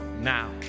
now